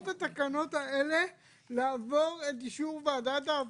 התקנות האלה לעבור את אישור ועדת העבודה והרווחה.